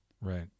Right